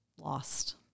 lost